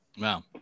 Wow